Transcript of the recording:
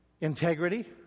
Integrity